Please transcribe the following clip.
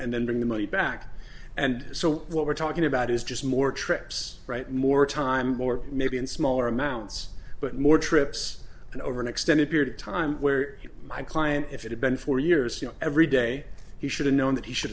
and then bring the money back and so what we're talking about is just more trips right more time more maybe in smaller amounts but more trips and over an extended period of time where my client if it had been four years you know every day he should've known that he should